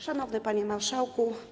Szanowny Panie Marszałku!